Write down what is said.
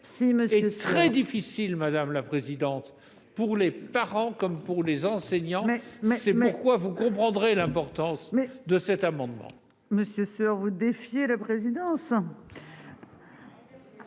et très difficile, madame la présidente, pour les parents comme pour les enseignants. C'est pourquoi vous comprendrez l'importance de cet amendement ! Il s'agit donc de l'amendement